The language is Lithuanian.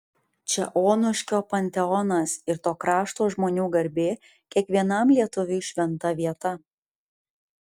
čia onuškio panteonas ir to krašto žmonių garbė kiekvienam lietuviui šventa vieta